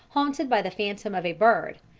haunted by the phantom of a bird,